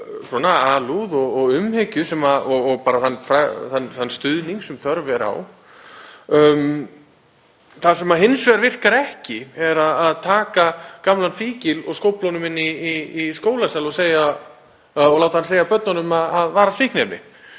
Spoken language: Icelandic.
þá alúð og umhyggju og þann stuðning sem þörf er á. Það sem hins vegar virkar ekki er að taka gamlan fíkil og skófla honum inn í skólasal og láta hann segja börnunum að varast fíkniefni.